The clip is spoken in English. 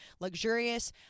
luxurious